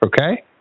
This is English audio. Okay